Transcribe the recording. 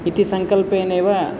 इति सङ्कल्पेनैव